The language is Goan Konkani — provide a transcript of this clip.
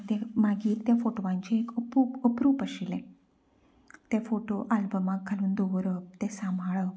म्हाका तें मागीर त्या फोटवांची अपूप अप्रूप आशिल्लें ते फोटो आल्बमा घालून दवरप ते सांबाळप